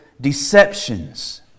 deceptions